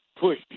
push